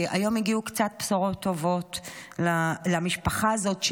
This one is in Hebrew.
כי היום הגיעו קצת בשורות טובות למשפחה הזאת,